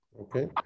Okay